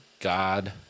God